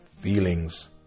feelings